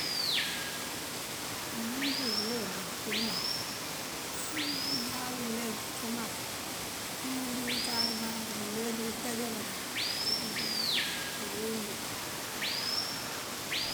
Umúndu wí këleenţ acúum mak, manjakul këleenţ acúum mak, umúndu këţáank këbáakër wí këleenţ ngëëntáaja kañan cí kuŋ ţí ţí uwín injí.